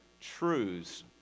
truths